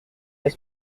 est